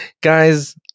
Guys